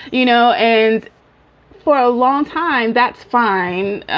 you know, and for a long time, that's fine.